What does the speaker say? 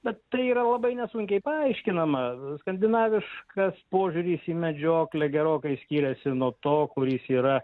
bet tai yra labai nesunkiai paaiškinama skandinaviškas požiūris į medžioklę gerokai skiriasi nuo to kuris yra